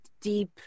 deep